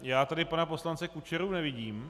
Já tady pana poslance Kučeru nevidím.